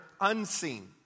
unseen